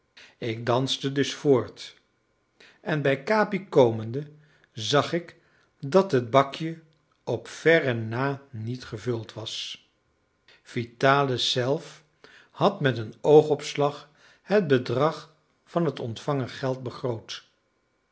ik danste dus voort en bij capi komende zag ik dat het bakje op verre na niet gevuld was vitalis zelf had met een oogopslag het bedrag van het ontvangen geld begroot